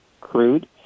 crude